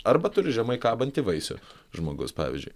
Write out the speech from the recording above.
arba turi žemai kabantį vaisių žmogus pavyzdžiui